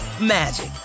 magic